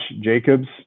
Jacobs